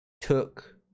took